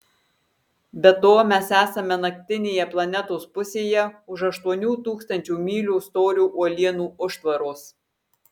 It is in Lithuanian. be to mes esame naktinėje planetos pusėje už aštuonių tūkstančių mylių storio uolienų užtvaros